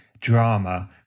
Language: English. drama